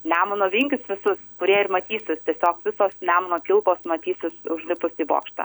nemuno vingius visus kurie ir matysis tiesiog visos nemuno kilpos matysis užlipus į bokštą